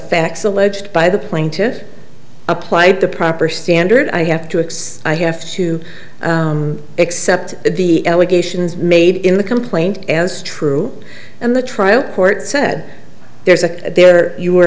facts alleged by the plaintiffs applied the proper standard i have to accept i have to accept the allegations made in the complaint as true and the trial court said there's a there you